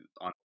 on